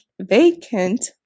vacant